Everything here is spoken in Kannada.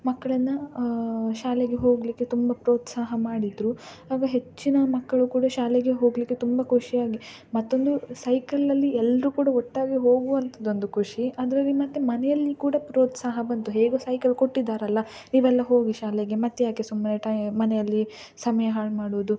ಮಕ್ಕಳನ್ನ ಶಾಲೆಗೆ ಹೋಗಲಿಕ್ಕೆ ತುಂಬ ಪ್ರೋತ್ಸಾಹ ಮಾಡಿದರು ಆಗ ಹೆಚ್ಚಿನ ಮಕ್ಕಳು ಕೂಡ ಶಾಲೆಗೆ ಹೋಗಲಿಕ್ಕೆ ತುಂಬ ಖುಷಿಯಾಗಿ ಮತ್ತೊಂದು ಸೈಕಲಲ್ಲಿ ಎಲ್ಲರು ಕೂಡ ಒಟ್ಟಾಗಿ ಹೋಗುವಂತದ್ದೊಂದು ಖುಷಿ ಅದರಲ್ಲಿ ಮತ್ತು ಮನೆಯಲ್ಲಿ ಕೂಡ ಪ್ರೋತ್ಸಾಹ ಬಂತು ಹೇಗು ಸೈಕಲ್ ಕೊಟ್ಟಿದ್ದಾರಲ್ಲ ನೀವೆಲ್ಲ ಹೋಗಿ ಶಾಲೆಗೆ ಮತ್ತೆ ಯಾಕೆ ಸುಮ್ಮನೆ ಟೈ ಮನೆಯಲ್ಲಿ ಸಮಯ ಹಾಳು ಮಾಡುವುದು